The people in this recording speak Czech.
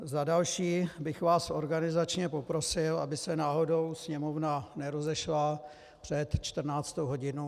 Za další bych vás organizačně poprosil, aby se náhodou Sněmovna nerozešla před 14. hodinou.